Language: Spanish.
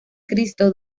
cristo